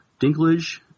Dinklage